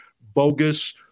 bogus